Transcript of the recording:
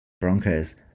Broncos